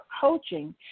coaching